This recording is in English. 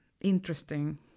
interesting